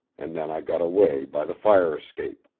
and then i got away by the fire escape.